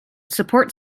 support